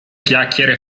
chiacchiere